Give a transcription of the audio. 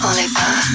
Oliver